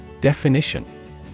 Definition